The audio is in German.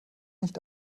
nicht